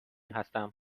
هستم